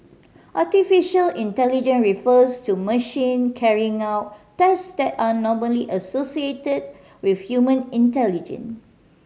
artificial intelligence refers to machine carrying out task that are normally associated with human intelligence